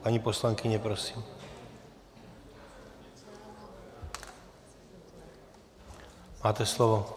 Paní poslankyně, prosím, máte slovo.